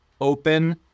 open